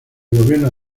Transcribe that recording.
gobierno